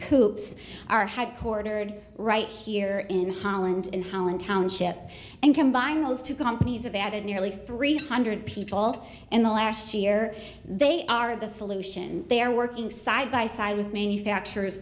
hoops are headquartered right here in holland in holland township and combine those two companies have added nearly three hundred people in the last year they are the solution they are working side by side with manufacturers